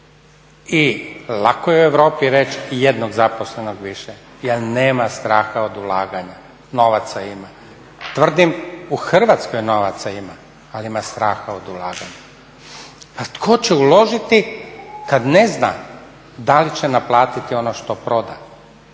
I lako je Europi reći jednog zaposlenog više jer nema straha od ulaganja. Novaca ima. Tvrdim u Hrvatskoj novaca ima, ali ima straha od ulaganja. Pa tko će uložiti kad ne zna da li će naplatiti ono što proda,